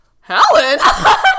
Helen